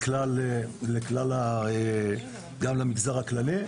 גם למגזר הכללי,